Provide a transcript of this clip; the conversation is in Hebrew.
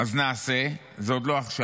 אז נעשה, וזה עוד לא עכשיו,